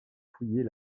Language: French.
fouiller